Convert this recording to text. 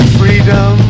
freedom